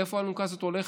לאן האלונקה הזאת הולכת?